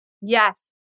Yes